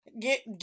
get